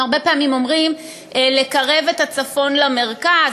אנחנו הרבה פעמים אומרים: לקרב את הצפון למרכז,